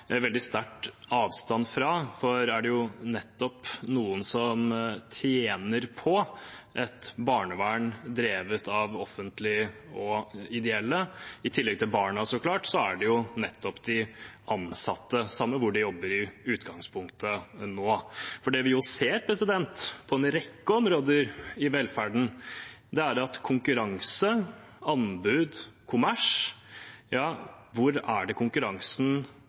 veldig sterkt avstand fra, for er det noen som nettopp tjener på et barnevern drevet av det offentlige og de ideelle – i tillegg til barna, så klart – er det nettopp de ansatte, samme hvor de nå jobber i utgangspunktet. Det vi ser på en rekke områder i velferden, er at konkurranse, anbud og kommers – ja, hvor